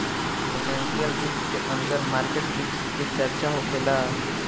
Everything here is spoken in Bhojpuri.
फाइनेंशियल रिस्क के अंदर मार्केट रिस्क के चर्चा होखेला